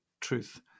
truth